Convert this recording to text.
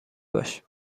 باش